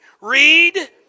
Read